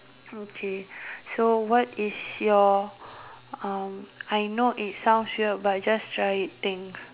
okay so what is your uh I know it sounds weird but just try eating